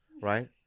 right